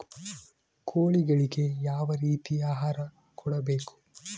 ಕೋಳಿಗಳಿಗೆ ಯಾವ ರೇತಿಯ ಆಹಾರ ಕೊಡಬೇಕು?